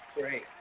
great